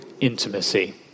intimacy